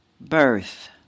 Birth